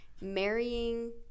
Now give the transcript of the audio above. Marrying